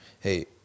Hey